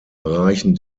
erreichen